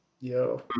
Yo